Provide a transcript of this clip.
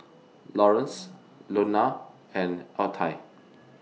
Lawerence Lonna and Altie